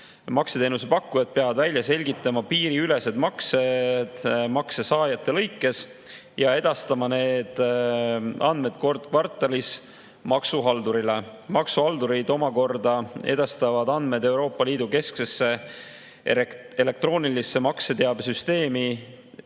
Makseteenuse pakkujad peavad välja selgitama piiriülesed maksed maksesaajate lõikes ja edastama need andmed kord kvartalis maksuhaldurile. Maksuhaldurid omakorda edastavad andmed Euroopa Liidu kesksesse elektroonilisse makseteabesüsteemi